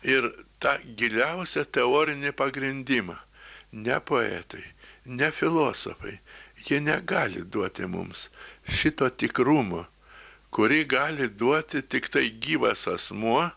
ir tą giliausią teorinį pagrindimą ne poetai ne filosofai jie negali duoti mums šito tikrumo kurį gali duoti tiktai gyvas asmuo